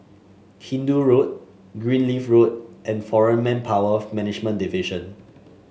Hindoo Road Greenleaf Road and Foreign Manpower Management Division